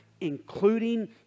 including